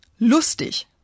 Lustig